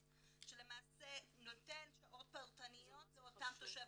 שלמעשה נותן שעות פרטניות לאותם תושבים.